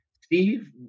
Steve